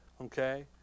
Okay